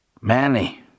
Manny